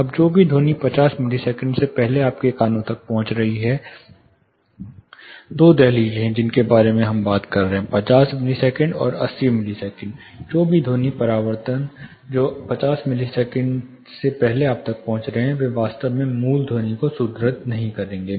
अब जो भी ध्वनि 50 मिलीसेकंड से पहले आपके कानों तक पहुंच रही है दो दहलीज हैं जिनके बारे में हम बात कर रहे हैं 50 मिलीसेकंड और 80 मिलीसेकंड जो भी ध्वनि परावर्तन जो 50 मिलीसेकंड से पहले आप तक पहुंच रहे हैं वे वास्तव में मूल ध्वनियों को सुदृढ़ नहीं करेंगे